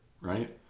right